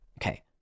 okay